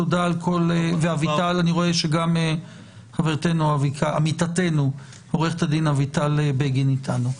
אני רואה שגם עמיתתו עורכת הדין אביטל בגין נמצאת איתנו.